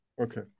Okay